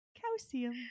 Calcium